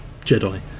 Jedi